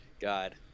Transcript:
God